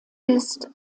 ist